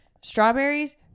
strawberries